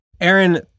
Aaron